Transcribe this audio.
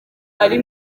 ari